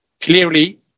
Clearly